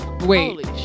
Wait